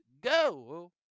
go